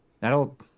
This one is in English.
that'll